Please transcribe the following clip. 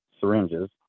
syringes